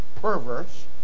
perverse